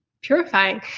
purifying